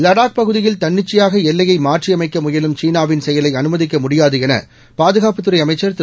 லடாக் பகுதியில் தன்னிச்சையாக எல்லையை மாற்றியமைக்க முயலும் சீனாவின் செயலை அனுமதிக்க ழுடியாது என பாதுகாப்புத்துறை அமைச்சர் திரு